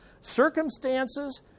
circumstances